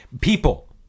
people